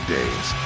Days